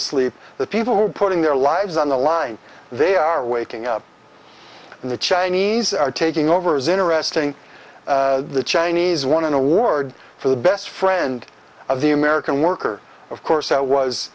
asleep the people who are putting their lives on the line they are waking up and the chinese are taking over is interesting the chinese won an award for the best friend of the american worker of course that was